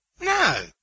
No